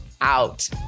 out